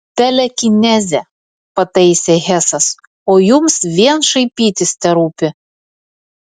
telekinezė pataisė hesas o jums vien šaipytis terūpi